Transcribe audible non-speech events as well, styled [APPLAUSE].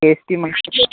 tasty [UNINTELLIGIBLE]